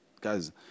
guys